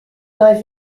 nai